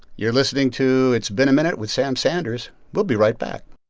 you're listening to it's been a minute with sam sanders. we'll be right back